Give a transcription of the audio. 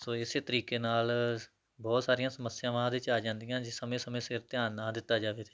ਸੋ ਇਸੇ ਤਰੀਕੇ ਨਾਲ ਬਹੁਤ ਸਾਰੀਆਂ ਸਮੱਸਿਆਵਾਂ ਉਹਦੇ 'ਚ ਆ ਜਾਂਦੀਆਂ ਜੇ ਸਮੇਂ ਸਮੇਂ ਸਿਰ ਧਿਆਨ ਨਾ ਦਿੱਤਾ ਜਾਵੇ ਤਾਂ